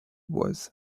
was